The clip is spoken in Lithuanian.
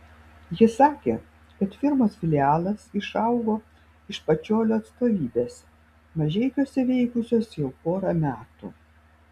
ji sakė kad firmos filialas išaugo iš pačiolio atstovybės mažeikiuose veikusios jau porą metų